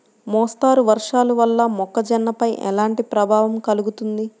మోస్తరు వర్షాలు వల్ల మొక్కజొన్నపై ఎలాంటి ప్రభావం కలుగుతుంది?